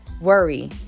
worry